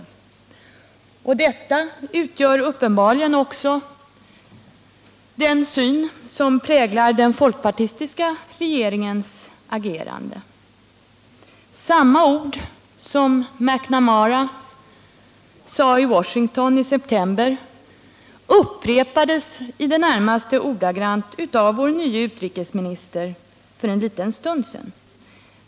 Och det utgör uppenbarligen också den syn som präglar den folkpartistiska regeringens handlande. Samma ord som McNamara använde i Washington i september upprepades i det närmaste ordagrant av vår nye utrikesminister för en liten stund sedan.